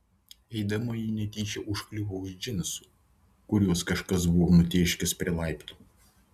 eidama ji netyčia užkliuvo už džinsų kuriuos kažkas buvo nutėškęs prie laiptų